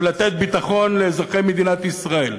ולתת ביטחון לאזרחי מדינת ישראל,